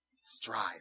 strive